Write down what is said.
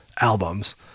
albums